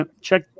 check